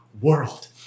world